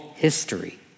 history